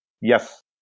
yes